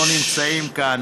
לא נמצאים כאן,